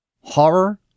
Horror